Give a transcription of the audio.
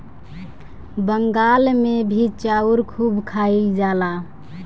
बंगाल मे भी चाउर खूब खाइल जाला